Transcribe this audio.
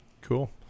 cool